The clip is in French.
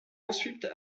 ensuite